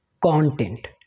content